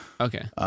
Okay